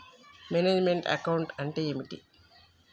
Manage meant account అంటే ఏమిటి?